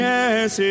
Yes